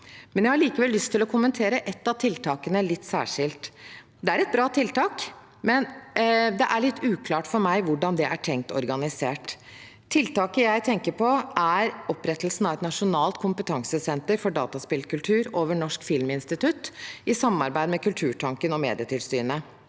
Jeg har likevel lyst til å kommentere ett av tiltakene litt særskilt. Det er et bra tiltak, men det er litt uklart for meg hvordan det er tenkt organisert. Tiltaket jeg tenker på, er opprettelsen av et nasjonalt kompetansesenter for dataspillkultur under Norsk filminstitutt, i samarbeid med Kulturtanken og Medietilsynet.